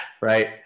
right